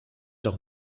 doch